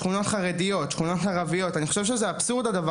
כמו שכונות חרדיות ושכונות ערביות ואני חושב שזה אבסורד.